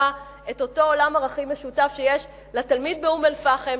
את אותו עולם ערכים משותף שיש לתלמיד באום-אל-פחם,